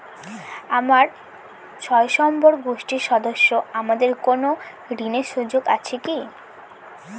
আমরা স্বয়ম্ভর গোষ্ঠীর সদস্য আমাদের কোন ঋণের সুযোগ আছে কি?